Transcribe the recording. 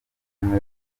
ubumwe